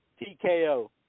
TKO